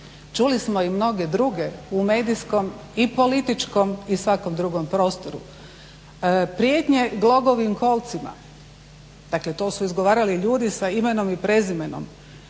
čuli smo i mnoge druge u medijskom i političkom i svakom drugom prostoru. Prijetnje glogovim kolcima, dakle to su izgovarali ljudi sa imenom i prezimenom,